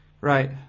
Right